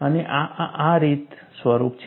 અને આ આ રીતે સ્વરૂપ લે છે